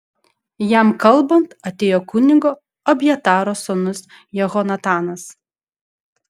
jam kalbant atėjo kunigo abjataro sūnus jehonatanas